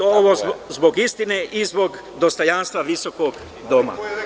Ovo zbog istine i zbog dostojanstva ovog visokog doma.